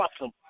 awesome